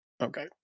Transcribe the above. Okay